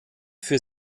für